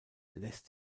lässt